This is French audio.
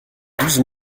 douze